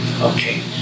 okay